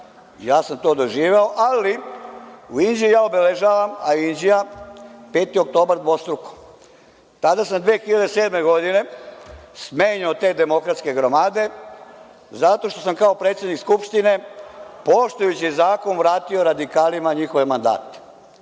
ja sam to doživeo, ali u Inđiji obeležavam, a i Inđija „5. oktobar“ dvostruko. Tada sam 2007. godine smenio te demokratske gromade zato što sam kao predsednik Skupštine poštujući zakon vratio radikalima njihove mandate.